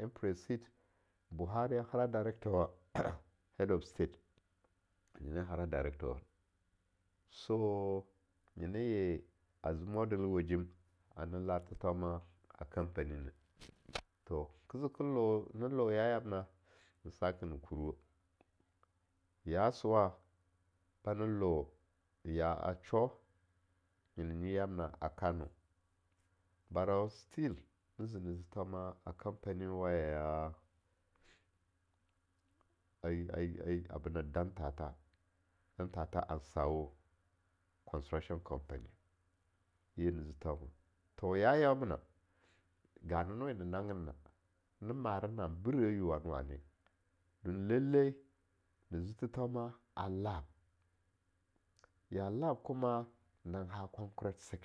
impreseed, Buhari, hara Director wa Head of State, nyina hara Director wa so nyinaye azi modelin wajim ar na lar thethauna a company ne, to ne ze ne to yayamna, na saka ne kurwah, ya sowa banaw ya sho, nyina nyi yamna a kano, but shiu ne zeni zi thethauma a company wa a Dantata, Dantata and Sawo, constraction company, ye ne zi thaunena, to ya yaumina ganano en ni nanginna, ni mara naan brah yiu wane-wane, don lallai ni zi thethauma a lab, ya lab kuma nang ha conceret section.